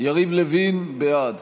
יריב לוין, בעד